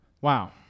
Wow